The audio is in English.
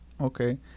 Okay